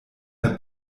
der